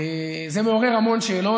זה מעורר המון שאלות.